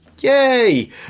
yay